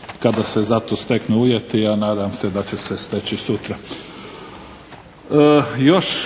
kada se za to steknu uvjeti, a nadam se da će se steći sutra.